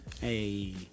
Hey